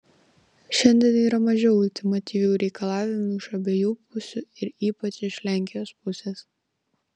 šiandien yra mažiau ultimatyvių reikalavimų iš abiejų pusių ir ypač iš lenkijos pusės